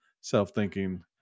self-thinking